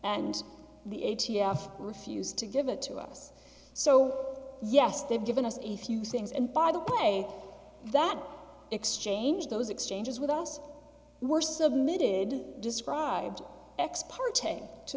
and the a t f refused to give it to us so yes they've given us a few things and by the way that exchange those exchanges with us were submitted described ex part